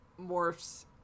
morphs